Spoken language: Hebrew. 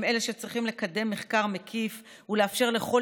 הם שצריכים לקדם מחקר מקיף ולאפשר לכל